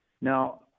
Now